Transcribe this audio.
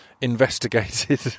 investigated